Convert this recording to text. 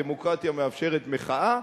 הדמוקרטיה מאפשרת מחאה,